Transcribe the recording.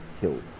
killed